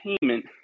payment